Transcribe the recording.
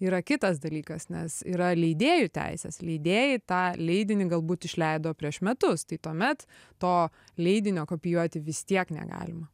yra kitas dalykas nes yra leidėjų teisės leidėjai tą leidinį galbūt išleido prieš metus tai tuomet to leidinio kopijuoti vis tiek negalima